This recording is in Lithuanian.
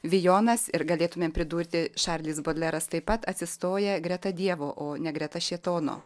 vijonas ir galėtumėm pridurti šarlis bodleras taip pat atsistoja greta dievo o ne greta šėtono